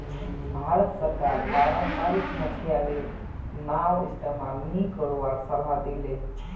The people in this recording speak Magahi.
भारत सरकार पारम्परिक मछियारी नाउर इस्तमाल नी करवार सलाह दी ले